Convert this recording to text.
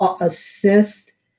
assist